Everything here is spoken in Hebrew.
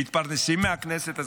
מתפרנסים מהכנסת הזאת,